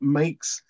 makes